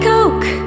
Coke